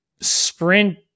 sprint